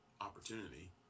opportunity